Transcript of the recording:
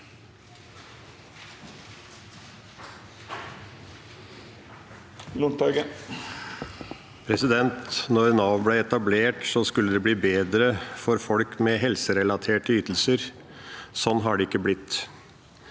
Da Nav ble etablert, skulle det bli bedre for folk med helserelaterte ytelser. Sånn har det ikke blitt.